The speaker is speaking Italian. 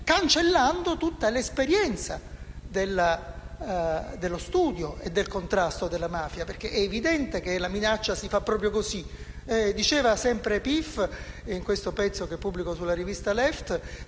cancellando tutta l'esperienza dello studio e del contrasto alla mafia. È evidente, infatti, che la minaccia si fa proprio così. Diceva sempre Pif, in questo pezzo che pubblico sulla rivista «Left»: